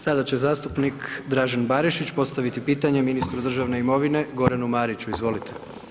Sada će zastupnik Dražen Barišić postaviti pitanje ministru državne imovine, Goranu Mariću, izvolite.